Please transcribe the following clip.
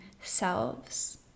selves